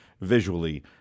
visually